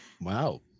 Wow